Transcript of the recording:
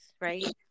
right